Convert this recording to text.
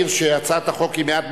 שאנחנו עושים את החוק בלילה,